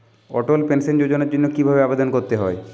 অটল pension যোজনার জন্য কি ভাবে আবেদন করতে হয়?